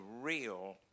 real